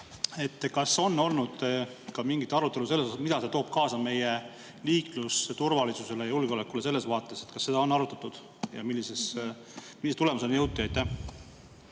Kas on olnud ka mingit arutelu, mida see toob kaasa meie liiklusturvalisusele ja -julgeolekule selles vaates? Kas seda on arutatud ja millise tulemuseni jõuti?